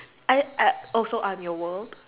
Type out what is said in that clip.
I I also I'm your world